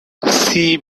see